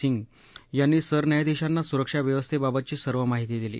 सिंह यांनी सरन्यायाधिशांना सुरक्षा व्यवस्थेबाबतची सर्व माहिती दिली